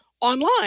online